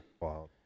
Wow